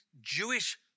Jewish